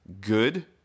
good